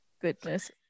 goodness